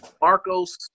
Marco's